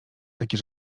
takie